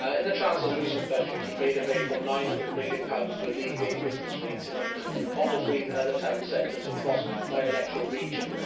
in the chancellor's recent budget, he made available nine hundred million pounds to alleviate business rates in england. in pontypridd and other town centres across my electoral region,